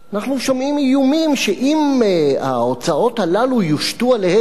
אנחנו שומעים איומים שאם ההוצאות הללו יושתו עליהם,